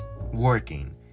working